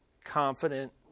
Confident